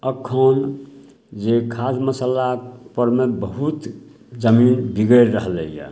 एखन जे खाद मसल्लापरमे बहुत जमीन बिगड़ि रहलैए